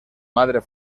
madre